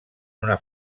una